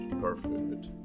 perfect